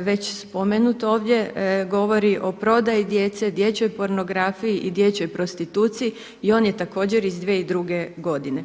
već spomenut ovdje, govori o prodaji djece, dječjoj pornografiji i dječjoj prostituciji i on je također iz 2002. godine.